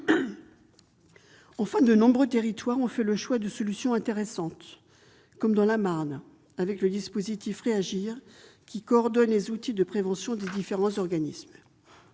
Enfin, de nombreux territoires ont fait le choix de solutions intéressantes, comme la Marne, avec le dispositif Réagir, qui coordonne les outils de prévention des différents organismes.